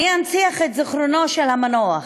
אני אנציח את זיכרונו של המנוח,